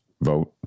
vote